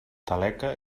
taleca